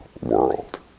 world